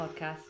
podcast